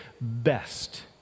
best